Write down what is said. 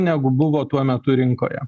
negu buvo tuo metu rinkoje